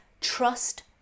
trust